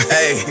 Hey